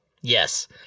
Yes